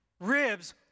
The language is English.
ribs